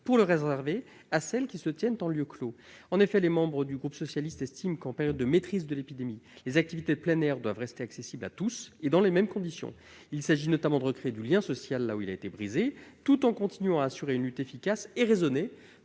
et à le réserver à celles qui se tiennent en lieu clos. Les membres du groupe Socialiste, Écologiste et Républicain estiment que, en période de maîtrise de l'épidémie, les activités de plein air doivent rester accessibles à tous et dans les mêmes conditions. Il s'agit notamment de recréer du lien social, là où il a été brisé, tout en continuant à assurer une lutte efficace et raisonnée